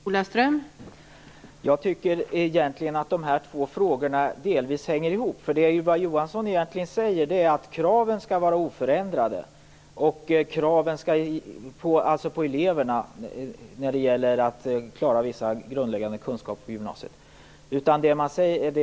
Fru talman! Jag tycker att dessa två frågor delvis hänger ihop. Det Ylva Johansson egentligen säger är att kraven på eleverna att klara vissa grundläggande kunskaper på gymnasiet skall vara oförändrade.